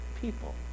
people